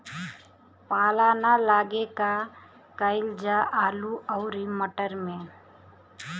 पाला न लागे का कयिल जा आलू औरी मटर मैं?